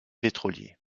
pétrolier